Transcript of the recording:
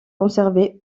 conservée